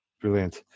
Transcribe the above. Brilliant